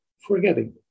forgetting